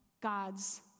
God's